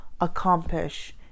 accomplish